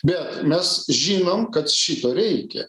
bet mes žinom kad šito reikia